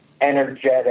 energetic